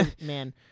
Man